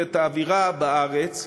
ואת האווירה בארץ,